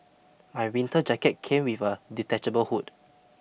my winter jacket came with a detachable hood